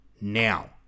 now